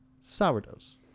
sourdoughs